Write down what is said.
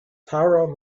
taran